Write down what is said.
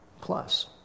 Plus